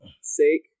sake